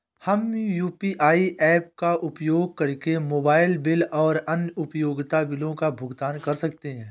हम UPI apps का उपयोग करके मोबाइल बिल और अन्य उपयोगिता बिलों का भुगतान कर सकते हैं